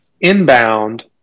inbound